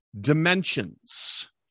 dimensions